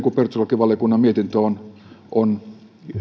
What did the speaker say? kun perustuslakivaliokunnan mietintö on on